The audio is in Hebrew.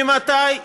ממתי,